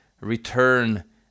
return